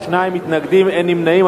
שניים נגד, אין נמנעים.